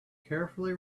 carefully